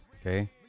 Okay